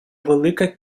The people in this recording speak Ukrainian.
велика